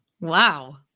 Wow